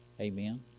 Amen